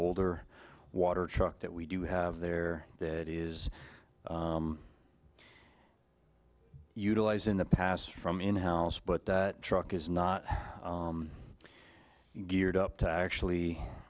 older water truck that we do have there that is utilize in the past from in house but the truck is not geared up to actually